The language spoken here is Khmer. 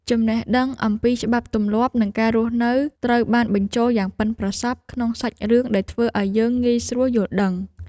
ចំណេះដឹងទូទៅអំពីច្បាប់ទម្លាប់និងការរស់នៅត្រូវបានបញ្ចូលយ៉ាងប៉ិនប្រសប់ក្នុងសាច់រឿងដែលធ្វើឱ្យយើងងាយស្រួលយល់ដឹង។